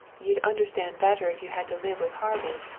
you'd understand better if you had to live with harvey.